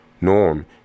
norm